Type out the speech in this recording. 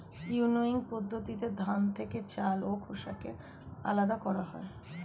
winnowing পদ্ধতিতে ধান থেকে চাল ও খোসাকে আলাদা করা হয়